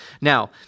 now